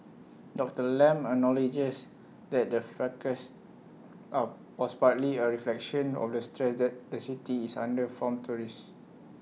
Doctor Lam acknowledges that the fracas was partly A reflection of the stress that the city is under from tourists